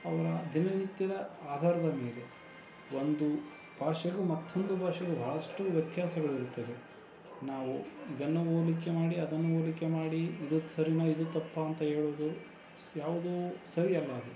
ಅವರ ದಿನನಿತ್ಯದ ಆಧಾರದ ಮೇಲೆ ಒಂದು ಭಾಷೆಗೂ ಮತ್ತೊಂದು ಭಾಷೆಗೂ ಬಹಳಷ್ಟು ವ್ಯತ್ಯಾಸಗಳಿರುತ್ತವೆ ನಾವು ಇದನ್ನು ಹೋಲಿಕೆ ಮಾಡಿ ಅದನ್ನು ಹೋಲಿಕೆ ಮಾಡಿ ಇದು ಸರಿನಾ ಇದು ತಪ್ಪಾ ಅಂತ ಹೇಳೂದು ಸ್ ಯಾವುದೂ ಸರಿ ಅಲ್ಲ ಅದು